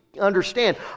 understand